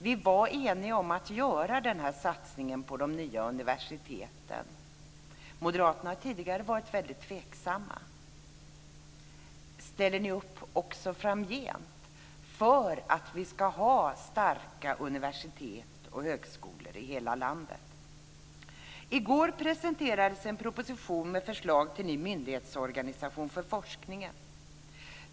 Vi var eniga om att göra den här satsningen på de nya universiteten - Moderaterna har ju tidigare varit väldigt tveksamma. Ställer ni upp också framgent för att vi ska ha starka universitet och högskolor i hela landet? I går presenterades en proposition med förslag till ny myndighetsorganisation för forskningen.